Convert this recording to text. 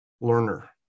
learner